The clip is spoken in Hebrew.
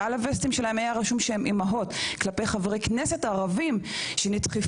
ועל הווסטים שלהן היה רשום שהן אימהות; כלפי חברי כנסת ערבים שנתקפו,